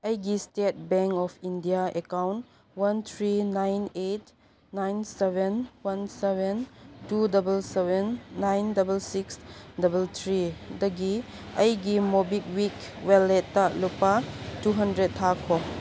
ꯑꯩꯒꯤ state bank of India account one three nine eight nine seven one seven two double seven nine double six double ꯊ꯭ꯔꯤꯗꯒꯤ ꯑꯩꯒꯤ MobiKwik ꯋꯥꯜꯂꯦꯠꯇ ꯂꯨꯄꯥ two hundred ꯊꯥꯈꯣ